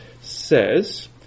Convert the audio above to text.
says